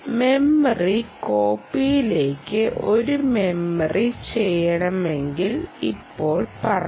memory കോപ്പിയിലേക്ക് ഒരു memory ചെയ്യണമെന്ന് ഇപ്പോൾ പറയാം